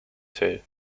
two